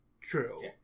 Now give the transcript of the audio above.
True